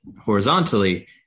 horizontally